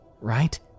right